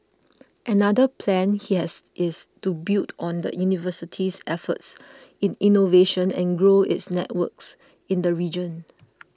another plan he has is to build on the university's efforts in innovation and grow its networks in the region